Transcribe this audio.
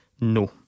No